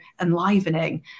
enlivening